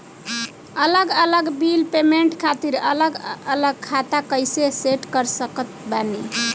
अलग अलग bill payment खातिर अलग अलग खाता कइसे सेट कर सकत बानी?